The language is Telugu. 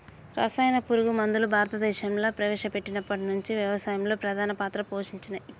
రసాయన పురుగు మందులు భారతదేశంలా ప్రవేశపెట్టినప్పటి నుంచి వ్యవసాయంలో ప్రధాన పాత్ర పోషించినయ్